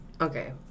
Okay